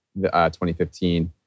2015